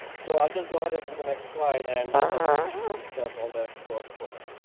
so i'll just go ahead ahead to the next slide and go ahead and discuss all that throughout the program.